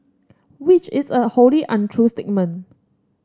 which is a wholly untrue statement